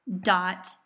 dot